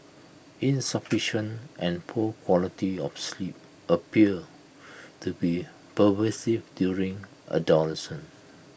insufficient and poor quality of sleep appear to be pervasive during adolescence